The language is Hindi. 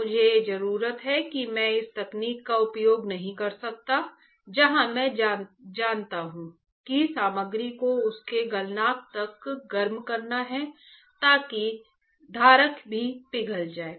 मुझे जरूरत है कि मैं इस तकनीक का उपयोग नहीं कर सकता जहां मैं जानता हूं कि सामग्री को उसके गलनांक तक गर्म करना है क्योंकि धारक भी पिघल जाएगा